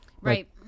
right